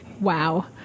Wow